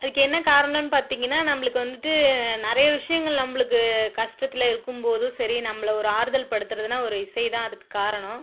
அதுக்கு என்ன காரணம்னு பார்த்தீங்கன்னா நம்மளுக்கு வந்துட்டு நிறைய விஷயங்கள் நம்மளுக்கு கஷ்டத்தில் இருக்கும்போதும் சரி நம்மள ஒரு ஆறுதல் படுத்துகிறதுன்னா ஒரு இசை தான் அதுக்கு காரணம்